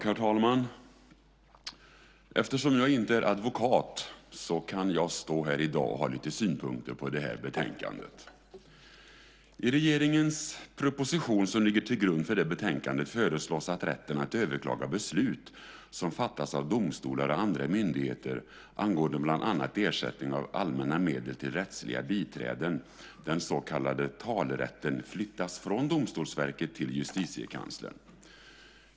Herr talman! Eftersom jag inte är advokat kan jag ha lite synpunkter på det här betänkandet. I regeringens proposition som ligger till grund för det här betänkandet föreslås att rätten att överklaga beslut som fattas av domstolar och andra myndigheter angående bland annat ersättning av allmänna medel till rättsliga biträden, den så kallade talerätten, flyttas från Domstolsverket till Justitiekanslern.